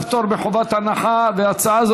הממשלה.